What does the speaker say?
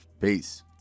Peace